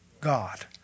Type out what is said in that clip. God